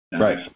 Right